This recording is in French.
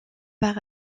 par